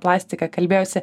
plastiką kalbėjausi